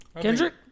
Kendrick